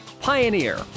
Pioneer